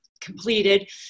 completed